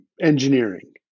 engineering